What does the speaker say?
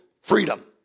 freedom